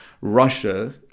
Russia